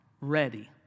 ready